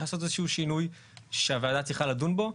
לעשות איזה שהוא שינוי שהוועדה צריכה לדון בו.